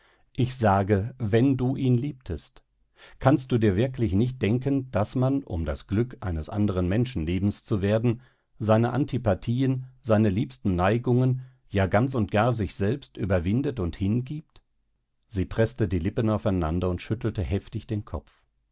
ich sage wenn du ihn liebtest kannst du dir wirklich nicht denken daß man um das glück eines anderen menschenlebens zu werden seine antipathien seine liebsten neigungen ja ganz und gar sich selbst überwindet und hingibt sie preßte die lippen aufeinander und schüttelte heftig den kopf